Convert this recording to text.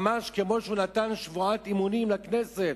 ממש כמו שהוא נתן שבועת אמונים לכנסת,